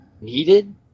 needed